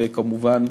וכמובן,